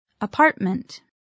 Apartment